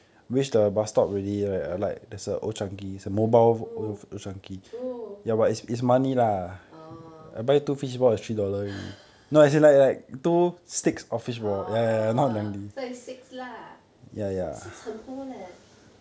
ah !wow! !wow! orh orh orh so is six lah six 很多 leh